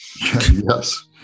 Yes